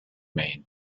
maine